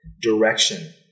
direction